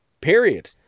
period